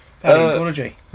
Paleontology